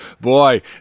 boy